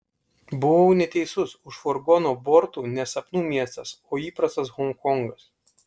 buvau neteisus už furgono bortų ne sapnų miestas o įprastas honkongas